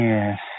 Yes